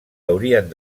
haurien